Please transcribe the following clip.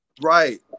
right